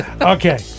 Okay